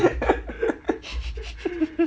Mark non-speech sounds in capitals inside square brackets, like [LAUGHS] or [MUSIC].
[LAUGHS]